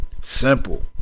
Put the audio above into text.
Simple